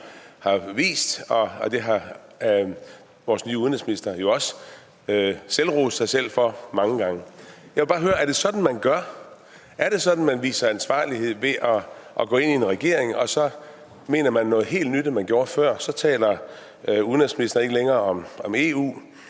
har vist, og det har vores nye udenrigsminister jo også rost sig selv for mange gange. Jeg vil bare høre: Er det sådan, man gør? Er det sådan, man viser ansvarlighed, altså ved at gå ind i en regering og så mene noget helt andet, end man gjorde før? Så taler udenrigsministeren ikke længere om EU;